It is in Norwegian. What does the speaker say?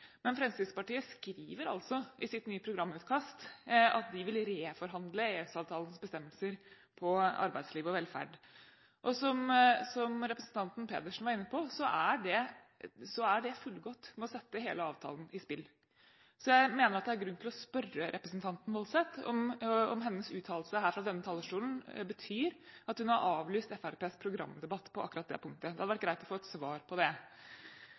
Men Fremskrittspartiet skriver altså i sitt nye programutkast at de vil reforhandle EØS-avtalens bestemmelser om arbeidsliv og velferd. Som representanten Pedersen var inne på, er det fullgodt med å sette hele avtalen i spill. Så jeg mener at det er grunn til å spørre representanten Woldseth om hennes uttalelse her fra denne talerstolen betyr at hun har avlyst Fremskrittspartiets programdebatt på akkurat dette punktet? Det hadde vært greit å få et svar på det.